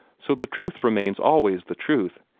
so the truth remains always the truth,